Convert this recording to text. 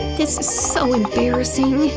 this is so embarrassing!